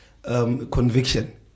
Conviction